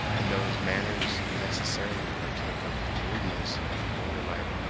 and though his manner necessarily partook of the rudeness of a border life,